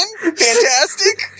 Fantastic